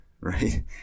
right